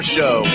Show